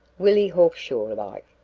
willie hawkshaw-like,